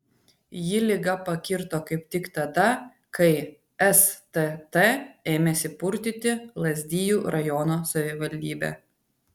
jį liga pakirto kaip tik tada kai stt ėmėsi purtyti lazdijų rajono savivaldybę